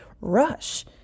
rush